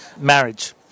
marriage